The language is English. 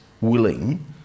willing